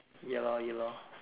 ya lor ya lor